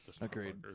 agreed